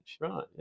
right